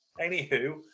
anywho